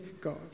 God